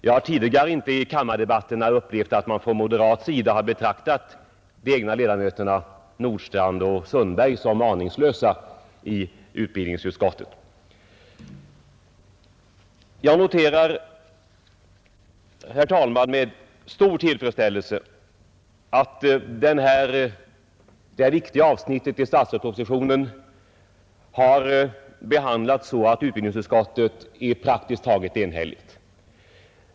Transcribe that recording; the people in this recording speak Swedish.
Tidigare har jag inte i kammardebatterna upplevt att man på moderat sida har betraktat de egna ledamöterna Nordstrandh och Sundberg som aningslösa i utbildningsutskottet. Herr talman! Med stor tillfredsställelse noterar jag att det här viktiga avsnittet i statsverkspropositionen har behandlats så att utbildningsutskottet är praktiskt taget enhälligt.